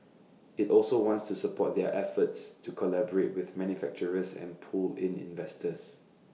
IT also wants to support their efforts to collaborate with manufacturers and pull in investors